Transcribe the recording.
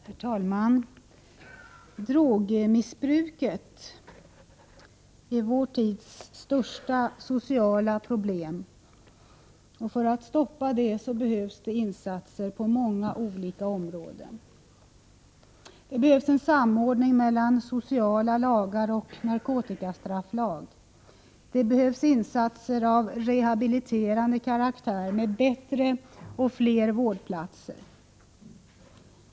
Herr talman! Drogmissbruket är vår tids största sociala problem, och för att stoppa det behövs insatser på många olika områden. Det behövs en samordning mellan sociala lagar och narkotikastrafflag. Det behövs insatser av rehabiliterande karaktär med bättre och fler vårdplatser.